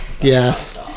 Yes